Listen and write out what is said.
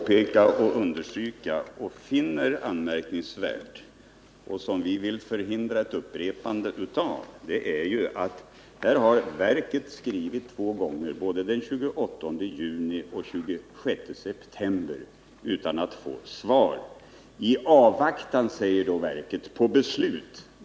Herr talman! Det som vi finner anmärkningsvärt är att naturvårdsverket trots att man skrivit två gånger, både den 28 juni och den 26 september, inte fått något svar.